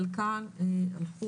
חלקן,